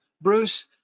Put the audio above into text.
Bruce